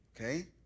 Okay